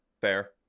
Fair